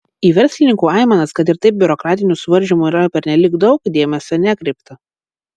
į verslininkų aimanas kad ir taip biurokratinių suvaržymų yra pernelyg daug dėmesio nekreipta